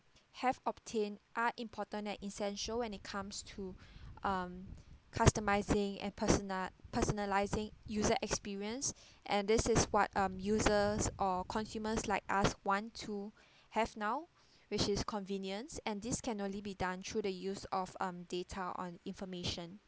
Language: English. have obtained are important and essential when it comes to um customising and personal personalising user experience and this is what um users or consumers like us want to have now which is convenience and this can only be done through the use of um data on information